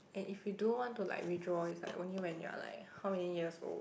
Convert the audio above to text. and if you do want to like withdraw is like only when you're like how many years old